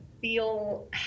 feel